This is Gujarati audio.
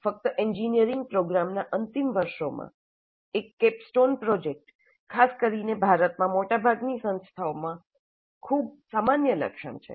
ફક્ત એન્જિનિયરિંગ પ્રોગ્રામના અંતિમ વર્ષમાં એક કેપસ્ટોન પ્રોજેક્ટ ખાસ કરીને ભારતમાં મોટાભાગની સંસ્થાઓમાં ખૂબ સામાન્ય લક્ષણ છે